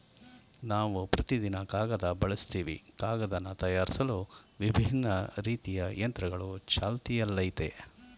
ನಾವು ಪ್ರತಿದಿನ ಕಾಗದ ಬಳಸ್ತಿವಿ ಕಾಗದನ ತಯಾರ್ಸಲು ವಿಭಿನ್ನ ರೀತಿ ಯಂತ್ರಗಳು ಚಾಲ್ತಿಯಲ್ಲಯ್ತೆ